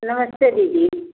नमस्ते दीदी